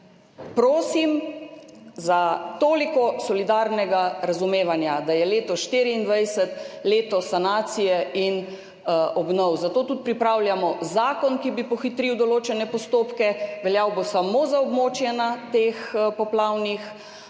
prosim za toliko solidarnega razumevanja, da je leto 2024 leto sanacije in obnov. Zato tudi pripravljamo zakon, ki bi pohitril določene postopke, veljal bo samo za poplavna območja,